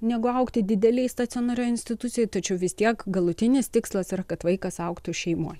negu augti didelėj stacionarioj institucijoj tačiau vis tiek galutinis tikslas yra kad vaikas augtų šeimoj